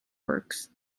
works